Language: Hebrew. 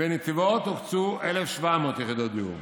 בנתיבות הוקצו 1,700 יחידות דיור,